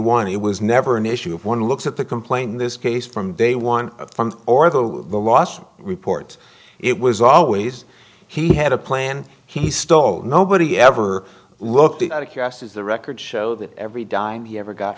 one it was never an issue if one looks at the complaint in this case from day one or the last report it was always he had a plan he stole nobody ever looked at a cast is the records show that every dime he ever got